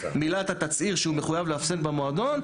מילא את התצהיר שהוא מחויב לאפסן במועדון,